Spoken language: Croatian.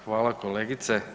Hvala kolegice.